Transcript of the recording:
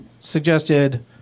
suggested